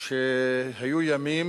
שהיו ימים